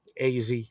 AZ